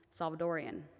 Salvadorian